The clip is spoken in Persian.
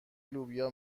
لوبیا